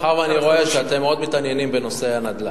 מאחר שאני רואה שאתם מאוד מתעניינים בנושא הנדל"ן,